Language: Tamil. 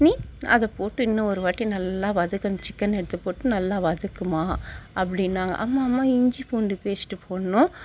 நீ அதை போட்டு இன்னும் ஒரு வாட்டி நல்லா வதக்கு சிக்கனை எடுத்து போட்டு நல்லா வதக்குமா அப்படின்னாங்க அம்மா அம்மா இஞ்சி பூண்டு பேஸ்ட்டு போடணும்